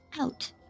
out